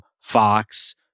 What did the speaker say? Fox